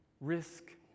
risk